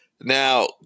Now